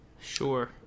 Sure